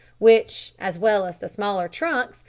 which, as well as the smaller trunks,